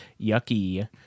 Yucky